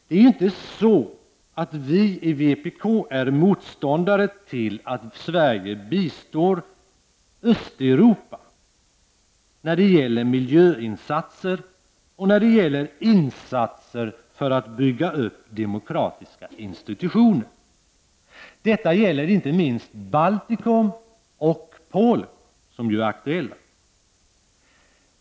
Det är inte så att vi i vpk är motståndare till att Sverige bistår Östeuropa med miljöinsatser och insatser för att bygga upp demokratiska institutioner. Detta gäller inte minst Baltikum och Polen som ju är aktuella.